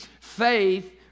faith